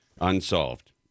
unsolved